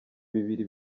bibiri